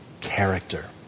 character